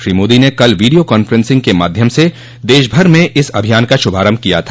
श्री मोदी ने कल video conferencing के माध्यम से देशभर में इस अभियान का शुभारम्भ किया था